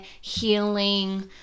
healing